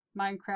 Minecraft